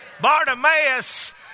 Bartimaeus